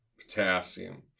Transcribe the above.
potassium